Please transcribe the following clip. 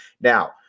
Now